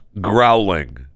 growling